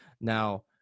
Now